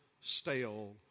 stale